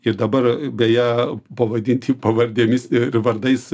ir dabar beje pavadinti pavardėmis ir vardais